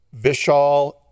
Vishal